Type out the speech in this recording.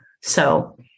So-